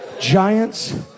Giants